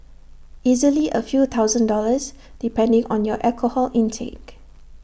easily A few thousand dollars depending on your alcohol intake